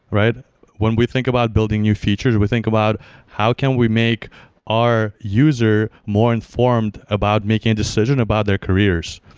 when we think about building new features, we think about how can we make our user more informed about making a decision about their careers,